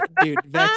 dude